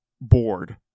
bored